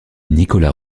nicolas